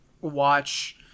watch